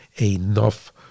enough